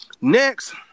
Next